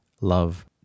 love